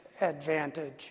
advantage